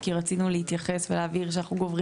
כי רצינו להתייחס ולהבהיר שאנחנו גוברים